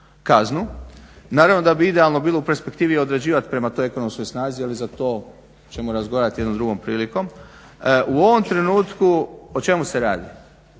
kaznu. Naravno da bi idealno bilo u perspektivi određivat prema toj ekonomskoj snazi, ali za to ćemo razgovarat jednom drugom prilikom. U ovom trenutku o čemu se radi.